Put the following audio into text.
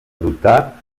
dotar